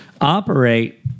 operate